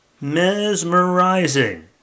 Mesmerizing